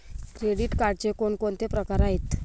Credit कार्डचे कोणकोणते प्रकार आहेत?